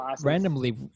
randomly